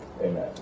amen